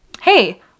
hey